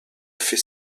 fait